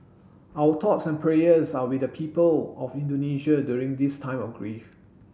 our thoughts and prayers are with the people of Indonesia during this time of grief